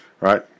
right